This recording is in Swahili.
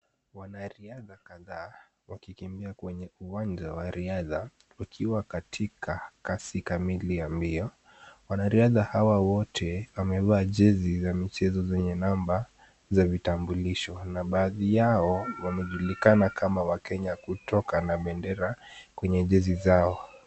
Wanariadha kadhaa wakikimbia kwenye uwanja wa riadha wakiwa katika kasi kamili ya mbio. Wanariadha hawa wote wamevaaa jezi za michezo zenye namba za vitambulisho na baadhi yao wamejulikana kama wakenya kutokana na bendera kwenye jezi zao.